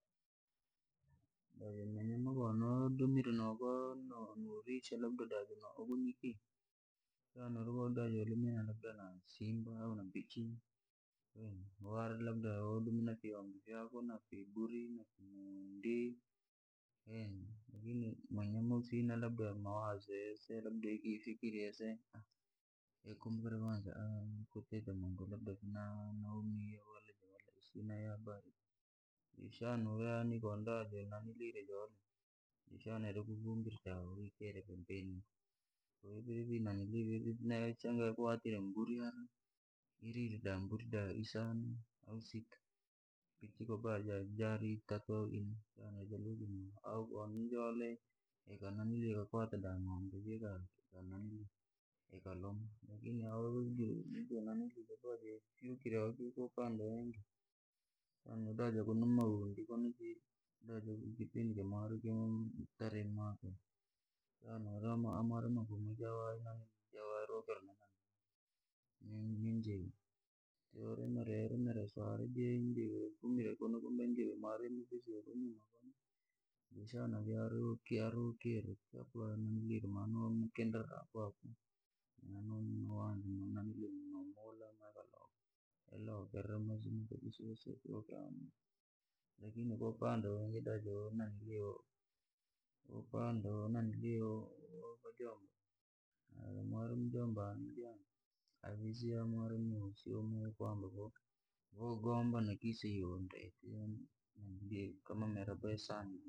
Davene manyire nokodomire nokoonorisha labda dauko nyikii, shana uri labda kaulamine labda na siimbaau au na mbichi, wine wari labda wadomire na fiyombe fyako, na fiburi, nafi mundi. Wine lakini usine mawazo labda yasee labda itikilyese. Ekumbure vwanza kwoteza mungo, labda kuna kusina ihi habari. Ishanove yani kondage nanilire jole, shana ile ugugumbil shawo wikere pampeni, kwaiyo ivinanilii nauchangae kuwatire mburya, iriri damburi daisano, au sik, mpichi goba ja- jari ikatu au inne, shana uri jalokire au kunijole, jikanamile kwata da ng'oombe ika nanilia. Ikaluma wafyakire shana uri jakunu maundi kunu jii, kipindi kimwari, tarimaa shana uri amwari magunirii au ainama ninjei orimara orimara sewaari imwari kunu jashanauri yare karekera mano kendera apoapo manowanza mnanilia no muulaa, ilokerre mazima kabisa. Lakini kaupande wongi dayo nanilio, opande wo nanilio yomajomba amwari mujomba wane avizia amwari mo si amo kwamba vogombana kisa iunda kama miraba isano.